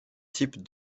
types